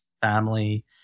family